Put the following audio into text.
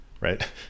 Right